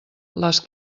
les